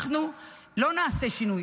אנחנו לא נעשה שינוי,